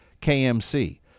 KMC